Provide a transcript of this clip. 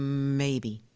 maybe.